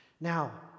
Now